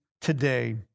today